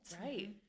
Right